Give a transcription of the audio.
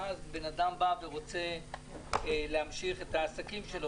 ואז בן אדם בא ורוצה להמשיך את העסקים שלו